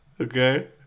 Okay